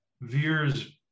veers